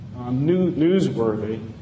newsworthy